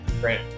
Great